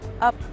up